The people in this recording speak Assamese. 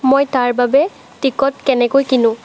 মই তাৰ বাবে টিকট কেনেকৈ কিনোঁ